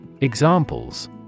Examples